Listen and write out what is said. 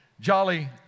Jolly